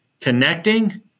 connecting